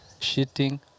shitting